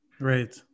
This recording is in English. Right